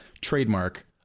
trademark